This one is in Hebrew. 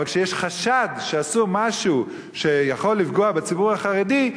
אבל כשיש חשד שעשו משהו שיכול לפגוע בציבור החרדי,